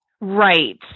Right